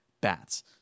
bats